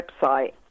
website